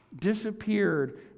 disappeared